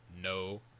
no